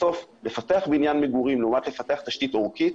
בסוף לפתח בניין מגורים לעומת לפתח תשתית עורקית,